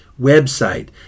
website